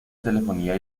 telefonía